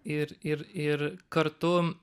ir ir ir kartu